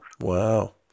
Wow